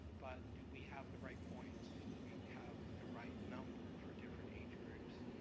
but do we have the right points? do we have the right number for different age groups,